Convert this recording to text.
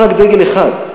למה רק דגל אחד?